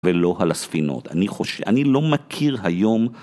ולא על הספינות, אני חושב, אני לא מכיר היום